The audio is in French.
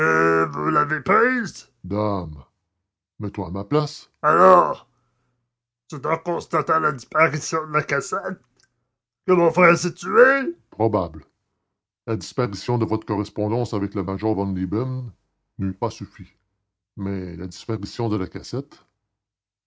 vous l'avez prise dame mets-toi à ma place alors c'est en constatant la disparition de la cassette que mon frère s'est tué probable la disparition de votre correspondance avec le major von lieben n'eût pas suffi mais la disparition de la cassette